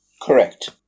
Correct